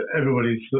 everybody's